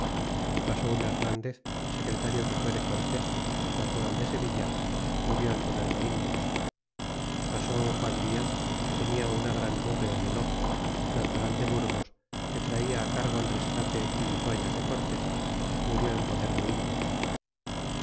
e pasó un hernandez secretario que fué de cortés natural de sevilla murió en poder de indios pasó un juan diaz que tenia una gran nube en el ojo natural de burgos que traia cargo el rescate vituallas de cortés murió en poder de indios